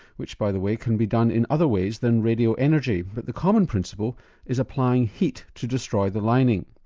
which by the way can be done in other ways than radio energy, but the common principle is applying heat to destroy the lining.